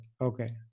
Okay